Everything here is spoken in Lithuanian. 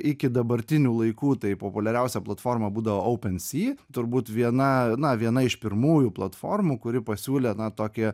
iki dabartinių laikų tai populiariausia platforma būdovo oupen si turbūt viena na viena iš pirmųjų platformų kuri pasiūlė na tokią